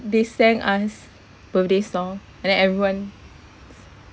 they sang us birthday song and then everyone